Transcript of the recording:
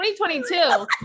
2022